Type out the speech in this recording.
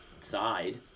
side